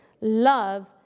love